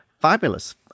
Fabulous